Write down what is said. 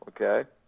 okay